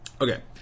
Okay